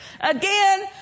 Again